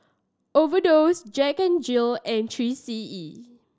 overdose Jack N Jill and Three C E